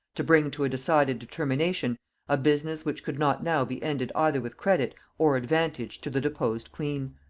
to bring to a decided determination a business which could not now be ended either with credit or advantage to the deposed queen.